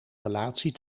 relatie